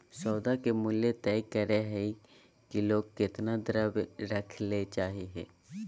सौदा के मूल्य तय करय हइ कि लोग केतना द्रव्य रखय ले चाहइ हइ